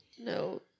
no